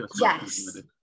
Yes